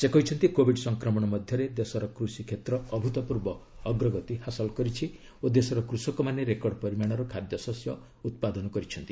ସେ କହିଛନ୍ତି କୋବିଡ୍ ସଂକ୍ରମଣ ମଧ୍ୟରେ ଦେଶର କୃଷି କ୍ଷେତ୍ର ଅଭୁତପୂର୍ବ ଅଗ୍ରଗତି ହାସଲ କରିଛି ଓ ଦେଶର କୃଷକମାନେ ରେକର୍ଡ ପରିମାଣର ଖାଦ୍ୟଶସ୍ୟ ଉତ୍ପାଦନ କରିଛନ୍ତି